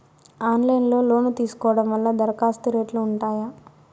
Online లో loan తీసుకోవడం వల్ల దరఖాస్తు రేట్లు ఉంటాయా?